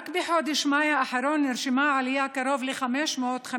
רק בחודש מאי האחרון נרשמה עלייה של קרוב ל-550%